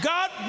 God